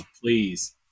Please